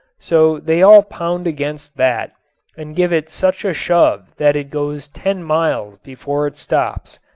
so they all pound against that and give it such a shove that it goes ten miles before it stops.